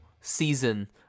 season